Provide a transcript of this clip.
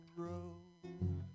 road